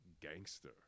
gangster